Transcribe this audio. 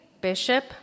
Bishop